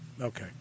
okay